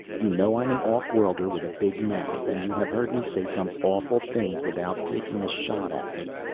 you know i'm an off-worlder with a big mouth, and you have heard me say some awful things without taking a shot at me.